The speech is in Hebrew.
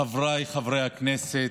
חבריי חברי הכנסת,